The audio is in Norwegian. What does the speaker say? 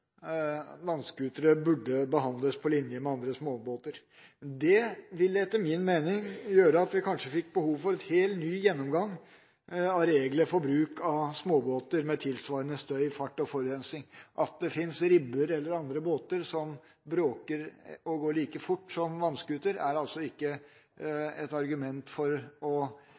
vannscootere burde behandles på linje med andre småbåter. Det ville etter min mening gjøre at vi kanskje fikk behov for en helt ny gjennomgang av regler for bruk av småbåter med tilsvarende støy, fart og forurensning. At det finnes RIB-er eller andre båter som bråker og går like fort som vannscootere, er altså ikke et argument for å